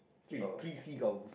three three seagulls